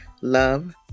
Love